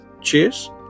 Cheers